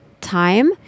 time